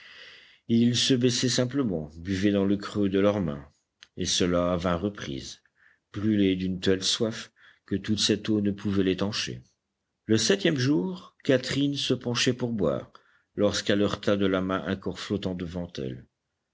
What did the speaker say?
ils se baissaient simplement buvaient dans le creux de leur main et cela à vingt reprises brûlés d'une telle soif que toute cette eau ne pouvait l'étancher le septième jour catherine se penchait pour boire lorsqu'elle heurta de la main un corps flottant devant elle